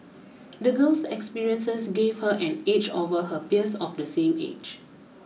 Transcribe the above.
the girl's experiences gave her an edge over her peers of the same age